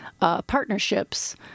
partnerships